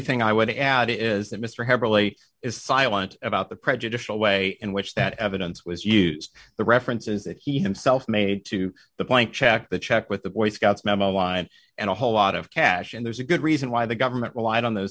thing i would add is that mr have really is silent about the prejudicial way in which that evidence was used the references that he himself made to the point check the check with the boy scouts memo line and a whole lot of cash and there's a good reason why the government relied on those